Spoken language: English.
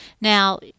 now